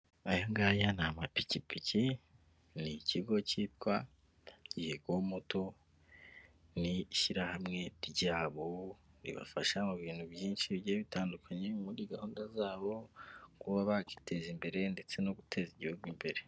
Aya ngaya ni amapikipiki ni ikigo cyitwa yego moto, ni ishyirahamwe ryabo ribafasha mu bintu byinshi bigiye bitandukanye muri gahunda zabo kuba bakwiteza imbere ndetse no guteza igihugu imbere.